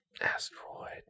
Asteroid